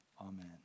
amen